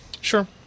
Sure